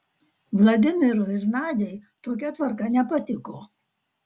vladimirui ir nadiai tokia tvarka nepatiko